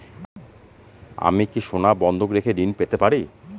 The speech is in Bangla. আমি কি সোনা বন্ধক রেখে ঋণ পেতে পারি?